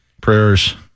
Prayers